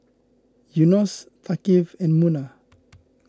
Yunos Thaqif and Munah